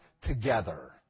together